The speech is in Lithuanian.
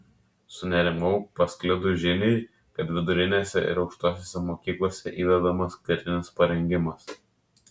sunerimau pasklidus žiniai kad vidurinėse ir aukštosiose mokyklose įvedamas karinis parengimas